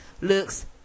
looks